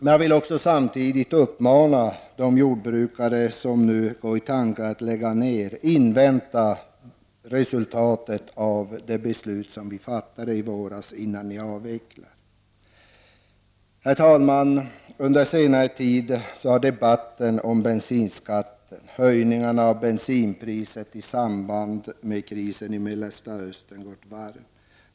Jag vill samtidigt uppmana de lantbrukare som går i tankar att lägga ned: Invänta resultatet av det beslut vi fattade i våras innan ni avvecklar! Herr talman! Under senare tid har debatten om bensinskatt och höjningarna av bensinpriset i samband med krisen i Mellanöstern gått varm.